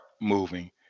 moving